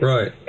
Right